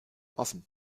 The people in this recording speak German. offen